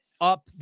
Up